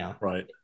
right